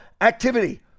activity